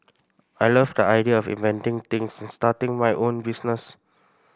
I love the idea of inventing things and starting my own business